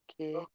Okay